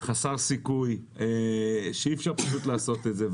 חסר סיכוי, שאי אפשר פשוט לעשות את זה.